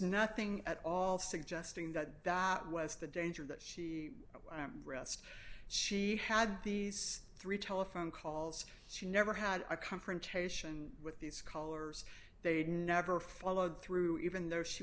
nothing at all suggesting that that was the danger that she dressed she had these three telephone calls she never had a confrontation with these callers they'd never followed through even though she